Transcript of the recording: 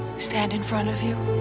stand in front of you.